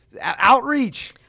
outreach